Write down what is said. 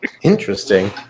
interesting